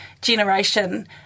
generation